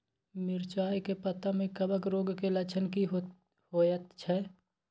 मिर्चाय के पत्ता में कवक रोग के लक्षण की होयत छै?